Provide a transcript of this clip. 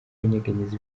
kunyeganyeza